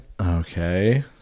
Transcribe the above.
Okay